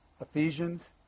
Ephesians